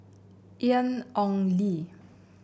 Ian Ong Li